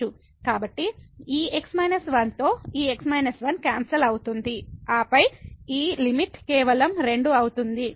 కాబట్టి ఈ x 1 తో ఈ x 1 క్యాన్సల్ అవుతుంది ఆపై ఈ లిమిట్ కేవలం 2 అవుతుంది